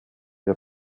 der